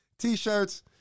t-shirts